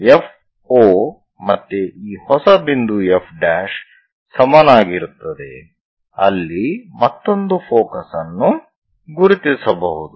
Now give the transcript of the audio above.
ಆದ್ದರಿಂದ FO ಮತ್ತೆ ಈ ಹೊಸ ಬಿಂದು F ಸಮನಾಗಿರುತ್ತದೆ ಅಲ್ಲಿ ಮತ್ತೊಂದು ಫೋಕಸ್ ಅನ್ನು ಗುರುತಿಸಬಹುದು